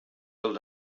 dels